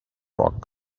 rock